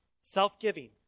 self-giving